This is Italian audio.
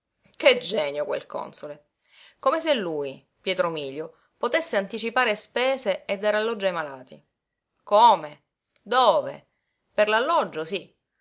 che genio quel console come se lui pietro mílio potesse anticipare spese e dare alloggio ai malati come dove per l'alloggio sí